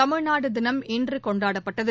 தமிழ்நாடு தினம் இன்று கொண்டாடப்பட்டது